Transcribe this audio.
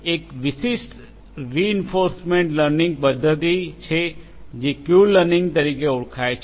એક વિશિષ્ટ reinforcement learning પદ્ધતિ છે જે ક્યૂ લર્નિંગ તરીકે ઓળખાય છે